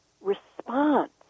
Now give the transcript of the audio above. response